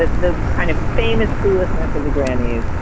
ah the kind of famous cluelessness of the grammys